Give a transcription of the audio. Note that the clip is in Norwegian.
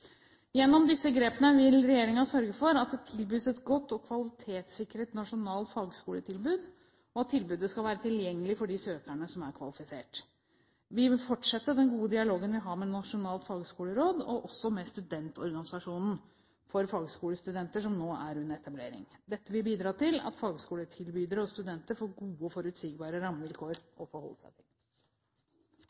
Gjennom disse grepene vil regjeringen sørge for at det tilbys et godt og kvalitetssikret nasjonalt fagskoletilbud, og at tilbudet skal være tilgjengelig for de søkerne som er kvalifisert. Vi vil fortsette den gode dialogen vi har med Nasjonalt fagskoleråd, og også med studentorganisasjonen for fagskolestudenter, som nå er under etablering. Dette vil bidra til at fagskoletilbydere og studenter får gode og forutsigbare rammevilkår å forholde seg til.